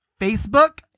Facebook